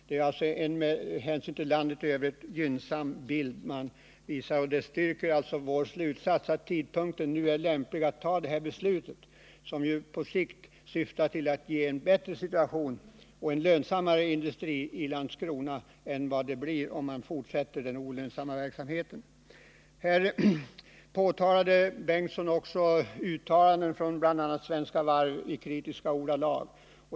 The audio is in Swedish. Det är alltså en i jämförelse med landet i övrigt gynnsam bild man visar upp, och det styrker vår slutsats att tidpunkten är lämplig att fatta det här beslutet, som på sikt syftar till att skapa en bättre situation och en lönsammare industri i Landskrona än vad fallet blir om man fortsätter den olönsamma verksamheten i fartygsproduktion. Här åberopade Hugo Bengtsson uttalanden från bl.a. Svenska Varv i kritiska ordalag.